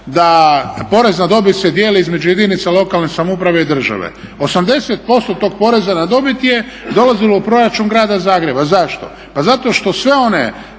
da porez na dobit se dijeli između jedinica lokalne samouprave i države. 80% tog poreza na dobit je dolazilo u proračun grada Zagreba. Zašto? Pa zato što sve one